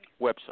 website